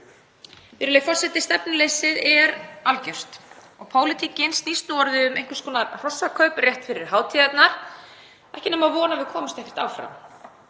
Virðulegi forseti. Stefnuleysið er algjört og pólitíkin snýst nú orðið um einhvers konar hrossakaup rétt fyrir hátíðarnar. Ekki nema von að við komumst ekkert áfram,